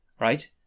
right